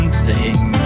sing